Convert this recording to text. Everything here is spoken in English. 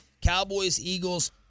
Cowboys-Eagles